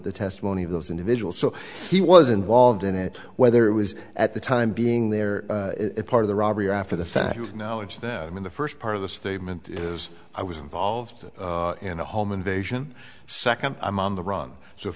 the testimony of those individuals so he was involved in it whether it was at the time being there a part of the robbery or after the fact now it's that i mean the first part of the statement was i was involved in a home invasion second i'm on the run so if